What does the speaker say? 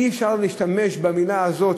אי-אפשר להשתמש במילה הזאת,